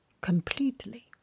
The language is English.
completely